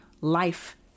life